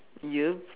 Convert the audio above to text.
ya